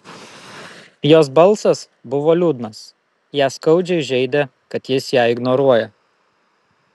jos balsas buvo liūdnas ją skaudžiai žeidė kad jis ją ignoruoja